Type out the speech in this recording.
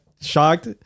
shocked